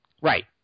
Right